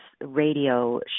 radio